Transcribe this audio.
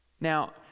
Now